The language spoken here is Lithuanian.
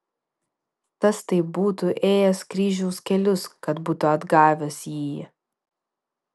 tas tai būtų ėjęs kryžiaus kelius kad būtų atgavęs jįjį